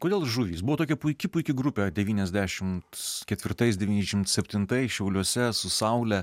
kodėl žuvys buvo tokia puiki puiki grupė devyniasdešimt ketvirtais devyniasdešimt septintais šiauliuose su saule